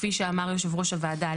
כפי שאמר יושב ראש הוועדה,